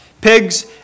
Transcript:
Pigs